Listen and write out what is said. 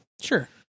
Sure